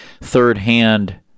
third-hand